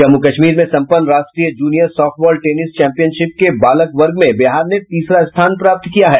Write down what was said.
जम्मू कश्मीर में सम्पन्न राष्ट्रीय जूनिय साफ्टबॉल टेनिस चैम्पियनशिप के बालक वर्ग में बिहार ने तीसरा स्थान प्राप्त किया है